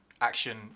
action